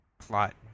plot